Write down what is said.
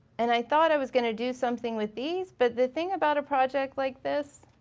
and i thought i was gonna do something with these but the thing about a project like this,